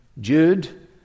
Jude